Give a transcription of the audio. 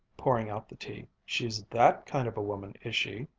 pouring out the tea. she's that kind of a woman, is she?